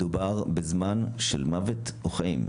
מדובר בזמן של מוות או חיים.